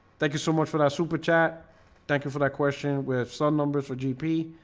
thank you so much for that super chat thank you for that question with some numbers for gp